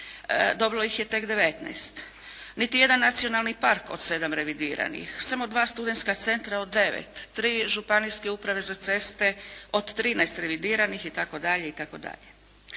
dobilo ih je tek 19. Niti jedan nacionalni park od sedam revidiranih, samo dva studentska centra od devet, tri županijske uprave za ceste od 13 revidiranih itd., itd.